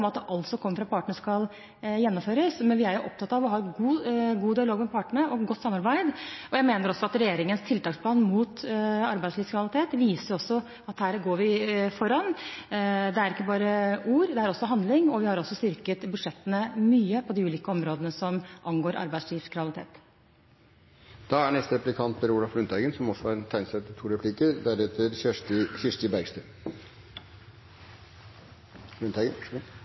at alt som kommer fra partene, skal gjennomføres, men vi er opptatt av å ha en god dialog og et godt samarbeid med partene, og jeg mener også at regjeringens tiltaksplan mot arbeidslivskriminalitet viser at her går vi foran – det er ikke bare ord, det er også handling. Vi har også styrket budsjettene mye på de ulike områdene som angår arbeidslivskriminalitet. «Fri flyt av arbeidskraft er i utgangspunktet en ønsket utvikling innenfor EU og EØS, men økt arbeidsinnvandring fører også til